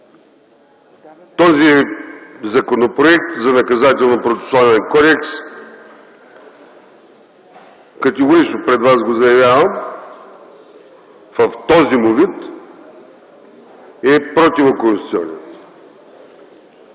Този Законопроект за Наказателно-процесуален кодекс, категорично пред вас го заявявам, в този му вид е противоконституционен.